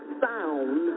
sound